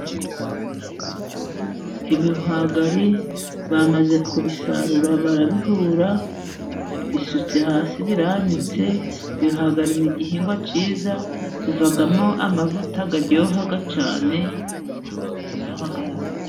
Ibihwagari bamaze kubisarura barabihura bisutse hasi biranitse. Ibihwagari ni igihingwa cyiza bivamo amavuta aryoha cyane, ibihwagari ni byiza.